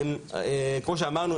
כמו שאמרנו,